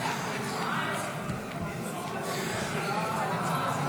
12 לחלופין ג לא נתקבלה.